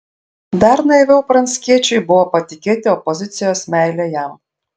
dar naiviau pranckiečiui buvo patikėti opozicijos meile jam